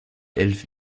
elf